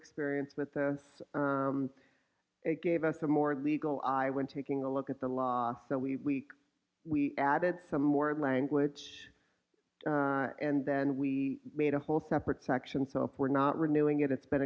experience with us it gave us a more legal i went taking a look at the law so we we added some more language and then we made a whole separate section so we're not renewing it it's been